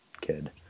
kid